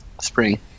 Spring